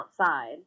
outside